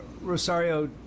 Rosario